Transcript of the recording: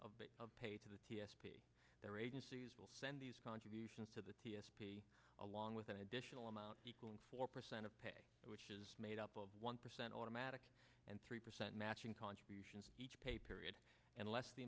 of pay to the t s p their agencies will say in these contributions to the t s p along with an additional amount equal in four percent of pay which is made up of one percent automatic and three percent matching contributions each pay period unless the